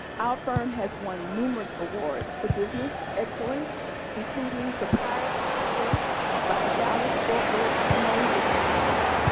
our firm has won numerous awards for business excellence including supplier of the year by the dallas-fort worth minority business council.